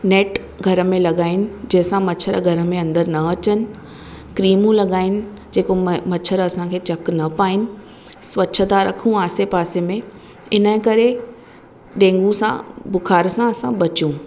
net घर में लॻाइनि जंहिंसां मच्छर घर में अंदरि न अचनि क्रिमूं लॻाइनि जेको मए मच्छर असांखे चकु न पाइनि स्वच्छता रखूं आसे पासे में इनकरे डेंगू सां बुख़ार सां असां बचूं